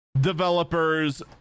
developers